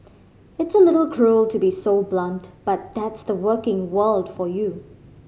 it's a little cruel to be so blunt but that's the working world for you